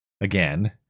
again